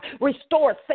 restore